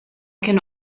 can